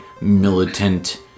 militant